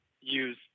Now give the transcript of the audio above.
use